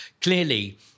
clearly